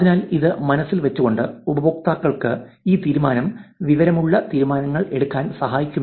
അതിനാൽ ഇത് മനസ്സിൽ വച്ചുകൊണ്ട് ഉപയോക്താക്കൾക്ക് ഈ തീരുമാനം വിവരമുള്ള തീരുമാനം എടുക്കാൻ സഹായിക്കുന്നു